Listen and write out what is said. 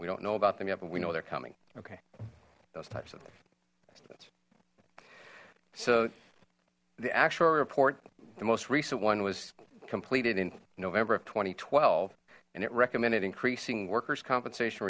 we don't know about them yet but we know they're coming okay those types of things so the actual report the most recent one was completed in november of two thousand and twelve and it recommended increasing workers compensation